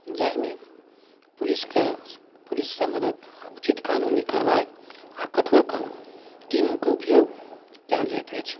जाहिमे पुलिसक पुलिससँ मदद आ उचित कानूनी कार्रवाई आ कठोर कानून तीनूके उपयोग कयल जाइत अछि